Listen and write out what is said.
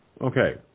Okay